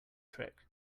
trick